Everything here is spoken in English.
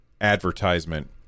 advertisement